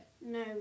no